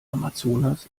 amazonas